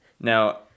Now